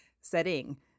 setting